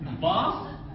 Boss